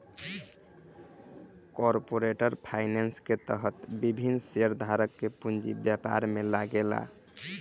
corporate finance के तहत विभिन्न शेयरधारक के पूंजी व्यापार में लागेला